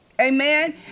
Amen